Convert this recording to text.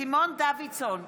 סימון דוידסון,